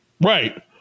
Right